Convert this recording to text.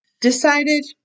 decided